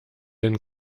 denn